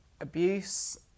abuse